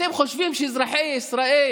אתם חושבים שאזרחי ישראל